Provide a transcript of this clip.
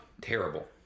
terrible